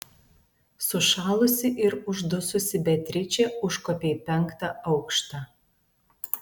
sušalusi ir uždususi beatričė užkopė į penktą aukštą